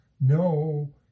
No